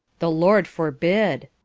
the lord forbid